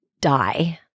die